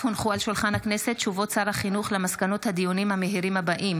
בעקבות דיון בהצעה לסדר-היום של חברת הכנסת נעמה לזימי בנושא: